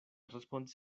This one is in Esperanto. respondis